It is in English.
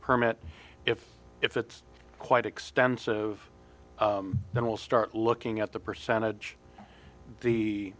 permit if if it's quite extensive then we'll start looking at the percentage the